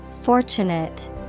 Fortunate